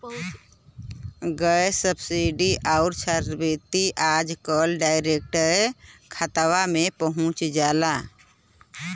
gas subsidy आउर छात्रवृत्ति आजकल डायरेक्ट खाता में पहुंच जाला